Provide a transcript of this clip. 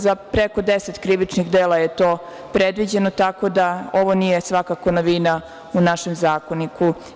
Za preko 10 krivičnih dela je to predviđeno, tako da ovo nije svakako novina u našem Zakoniku.